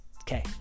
Okay